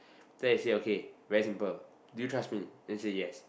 then I say okay very simple do you trust me then say yes